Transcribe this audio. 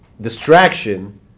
distraction